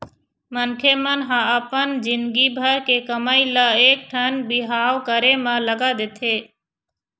मनखे मन ह अपन जिनगी भर के कमई ल एकठन बिहाव करे म लगा देथे